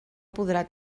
podrà